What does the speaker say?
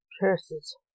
curses